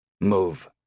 Move